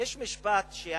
יש משפט שאני,